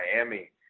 miami